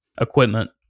equipment